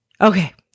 Okay